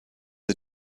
are